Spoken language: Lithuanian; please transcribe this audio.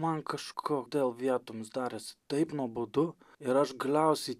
man kažkodėl vietomis darėsi taip nuobodu ir aš galiausiai